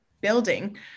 building